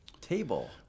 table